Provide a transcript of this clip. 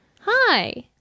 Hi